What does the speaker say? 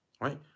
right